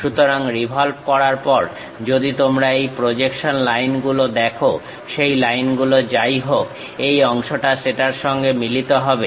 সুতরাং রিভলভ করার পর যদি তোমরা এই প্রজেকশন লাইন গুলো দেখো সেই লাইনগুলো যাই হোক এই অংশটা সেটার সঙ্গে মিলিত হবে